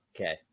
Okay